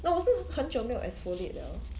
懂我是很久没有 exfoliate liao